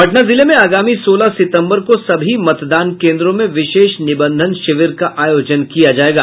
पटना जिले में अगामी सोलह सितंबर को सभी मतदान केंद्रों में विशेष निबंधन शिविर का आयोजन किया जायेगा